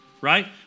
right